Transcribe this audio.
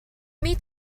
meet